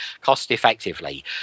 cost-effectively